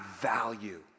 value